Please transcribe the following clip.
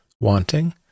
wanting